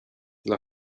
dla